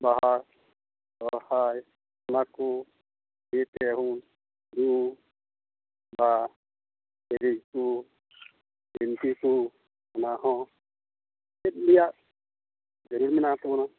ᱵᱟᱦᱟ ᱥᱚᱦᱚᱨᱟᱭ ᱚᱱᱟ ᱠᱚ ᱤᱭᱟᱹᱛᱮ ᱦᱚᱸ ᱨᱩ ᱵᱟ ᱥᱮᱨᱮᱧ ᱠᱚ ᱵᱤᱱᱛᱤ ᱠᱚ ᱚᱱᱟᱦᱚᱸ ᱢᱤᱫ ᱜᱮᱭᱟ ᱡᱟᱹᱨᱩᱲ ᱢᱮᱱᱟᱜ ᱛᱟᱵᱚᱱᱟ